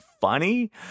funny